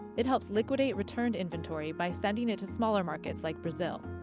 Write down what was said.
it helps liquidate returned inventory by sending it to smaller markets like brazil.